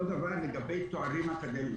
אותו דבר לגבי תארים אקדמיים.